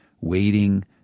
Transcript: waiting